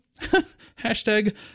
Hashtag